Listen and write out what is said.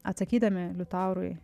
atsakydami liutaurui